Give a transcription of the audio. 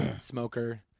Smoker